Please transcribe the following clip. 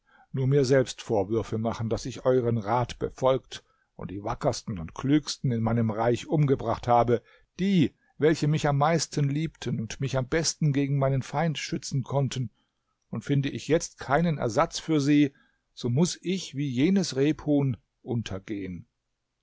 nur mir selbst vorwürfe machen daß ich euren rat befolgt und die wackersten und klügsten in meinem reich umgebracht habe die welche mich am meisten liebten und mich am besten gegen meinen feind schützen konnten und finde ich jetzt keinen ersatz für sie so muß ich wie jenes rebhuhn untergehen